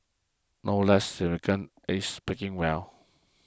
no less significant is speaking well